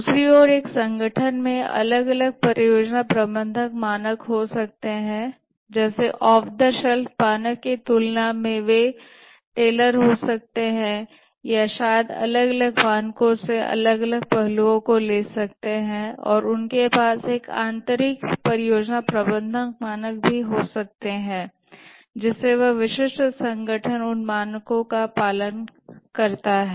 दूसरी ओर एक संगठन में अलग अलग परियोजना प्रबंधन मानक हो सकते हैं जैसे ऑफ द शेल्फ मानक की तुलना में वे टेलर हो सकते हैं या शायद अलग अलग मानकों से अलग अलग पहलुओं को ले सकते हैं और उनके पास एक आंतरिक परियोजना प्रबंधन मानक हो सकता है जिसे वह विशिष्ट संगठन उन मानक का पालन करता है